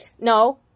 No